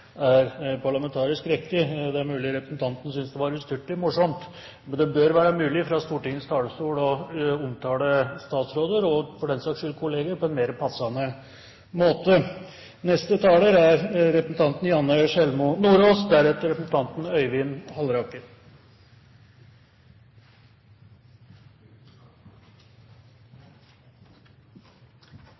er parlamentarisk riktig. Det er mulig representanten syntes det var ustyrtelig morsomt, men det bør være mulig fra Stortingets talerstol å omtale statsråder, og for den saks skyld kolleger, på en mer passende måte. Det var representanten